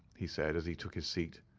he said, as he took his seat.